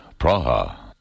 Praha